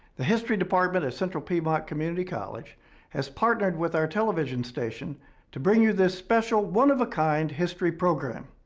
the history department of central piedmont community college has partnered with our television station to bring you this special one of a kind history program.